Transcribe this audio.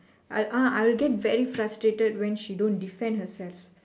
I'll ah I'll get very frustrated when she don't defend herself